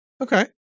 Okay